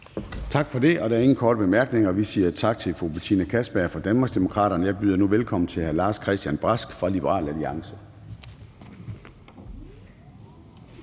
Tak for det, og der er ingen korte bemærkninger. Vi siger tak til fru Betina Kastbjerg fra Danmarksdemokraterne. Jeg byder nu velkommen til hr. Lars-Christian Brask fra Liberal Alliance.